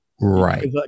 Right